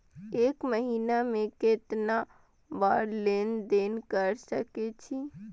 एक महीना में केतना बार लेन देन कर सके छी?